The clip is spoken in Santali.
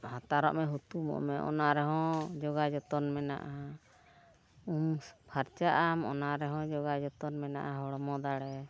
ᱦᱟᱛᱟᱨᱚᱜ ᱢᱮ ᱦᱩᱛᱩᱢᱚᱜ ᱢᱮ ᱚᱱᱟ ᱨᱮᱦᱚᱸ ᱡᱳᱜᱟᱣ ᱡᱚᱛᱚᱱ ᱢᱮᱱᱟᱜᱼᱟ ᱩᱢ ᱯᱷᱟᱨᱪᱟᱜ ᱟᱢ ᱚᱱᱟ ᱨᱮᱦᱚᱸ ᱡᱳᱜᱟᱣ ᱡᱚᱛᱚᱱ ᱢᱮᱱᱟᱜᱼᱟ ᱦᱚᱲᱢᱚ ᱫᱟᱲᱮ